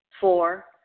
Four